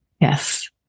Yes